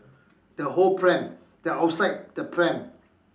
the whole pram the outside the pram